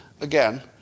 Again